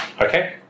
Okay